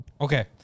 Okay